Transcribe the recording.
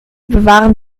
bewahren